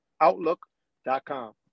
Outlook.com